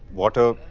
water?